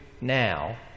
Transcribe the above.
now